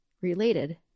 related